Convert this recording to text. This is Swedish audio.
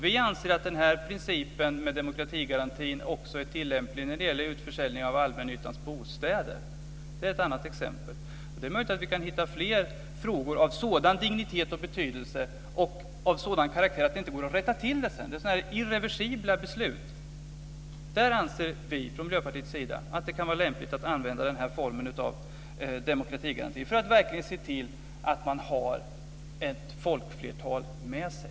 Vi anser att den här principen med demokratigarantin också är tillämplig när det gäller utförsäljning av allmännyttans bostäder. Det är ett annat exempel. Och det är möjligt att vi kan hitta fler frågor av sådan dignitet, betydelse och karaktär att de inte går att rätta till sedan. Det är sådana irreversibla beslut. Där anser vi från Miljöpartiets sida att det kan vara lämpligt att använda den här formen av demokratigaranti för att verkligen se till att man har ett folkflertal med sig.